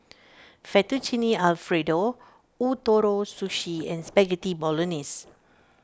Fettuccine Alfredo Ootoro Sushi and Spaghetti Bolognese